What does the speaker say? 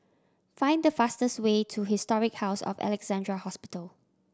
find the fastest way to Historic House of Alexandra Hospital